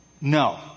No